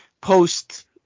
post